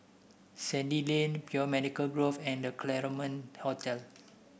Sandy Lane Biomedical Grove and The Claremont Hotel